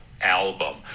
album